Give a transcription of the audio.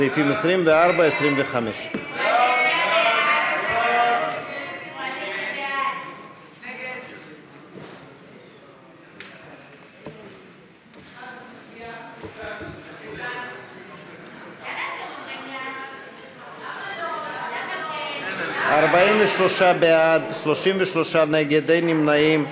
סעיפים 24 25. 43 בעד, 33 נגד, אין נמנעים.